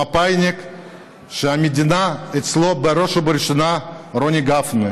המפא"יניק שהמדינה אצלו בראש ובראשונה, רוני גפני.